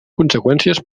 conseqüències